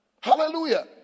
Hallelujah